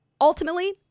ultimately